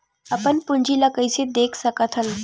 अपन पूंजी ला कइसे देख सकत हन?